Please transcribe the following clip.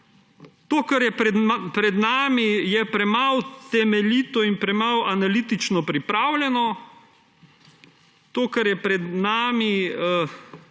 To, kar je pred nami, je premalo temeljito in premalo analitično pripravljeno. To, kar je pred nami,